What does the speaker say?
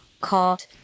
called